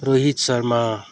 Rohit Sharma